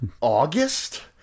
August